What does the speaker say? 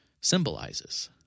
symbolizes